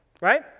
right